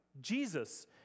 Jesus